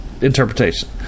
interpretation